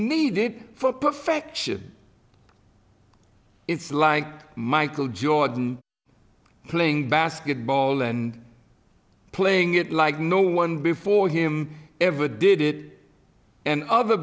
needed for perfection it's like michael jordan playing basketball and playing it like no one before him ever did it and o